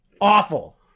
Awful